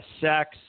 sex